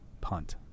punt